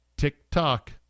Tick-tock